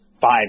five